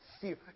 Fear